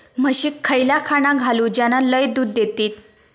म्हशीक खयला खाणा घालू ज्याना लय दूध देतीत?